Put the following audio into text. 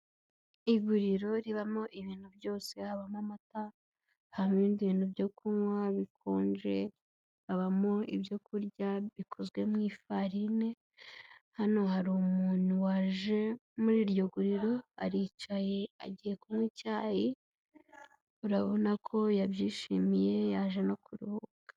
Iguriro ribamo ibintu byose habamo amata, hari ibindi bintu byo kunywa bikonje, habamo ibyo kurya bikozwe mu ifarine, hano hari umuntu waje muri iryo guriro, aricaye agiye kunywa icyayi urabona ko yabyishimiye yaje no kuruhuka.